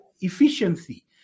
efficiency